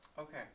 Okay